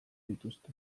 dituzte